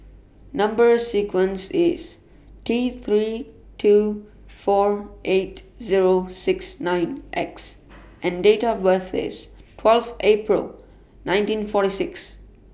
Number sequence IS T three two four eight Zero six nine X and Date of birth IS twelve April nineteen forty six